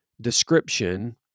description